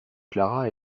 clara